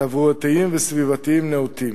תברואתיים וסביבתיים נאותים.